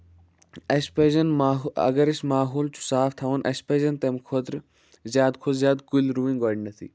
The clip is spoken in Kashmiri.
اَسہِ پَزن ماحول اَگر اَسہِ ماحول چھُ صاف تھاوُن اَسہِ پَزن تَمہِ خٲطرٕ زیادٕ کھۄتہٕ زیادٕ کُلۍ رُؤنۍ گۄڈٕنٮ۪تھٕے